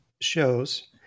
shows